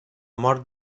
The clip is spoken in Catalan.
mort